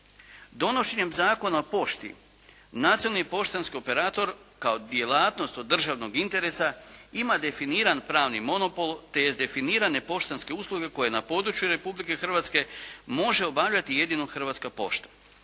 Donošenjem Zakona o pošti nacionalni poštanski operator kao djelatnost od državnog interesa ima definiran pravni monopol te definirane poštanske usluge koje na području Republike Hrvatske može obavljati jedino Hrvatska pošta.